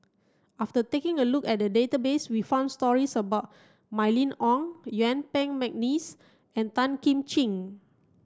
after taking a look at the database we found stories about Mylene Ong Yuen Peng McNeice and Tan Kim Ching